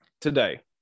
today